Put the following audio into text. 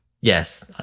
Yes